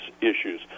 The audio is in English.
issues